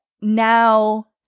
now